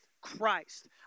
Christ